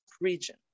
region